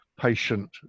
patient